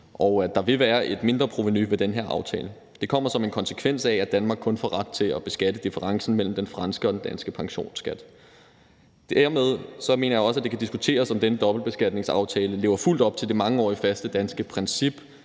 og at der vil være et mindre provenu ved den her aftale. Det kommer som en konsekvens af, at Danmark kun får ret til at beskatte differencen mellem den franske og den danske pensionsskat. Dermed mener jeg også, at det kan diskuteres, om denne dobbeltbeskatningsaftale lever fuldt op til det mangeårige, faste danske princip